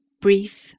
Brief